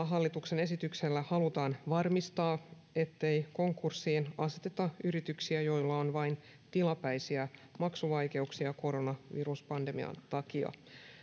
hallituksen esityksellä halutaan varmistaa ettei konkurssiin aseteta yrityksiä joilla on vain tilapäisiä maksuvaikeuksia koronaviruspandemian takia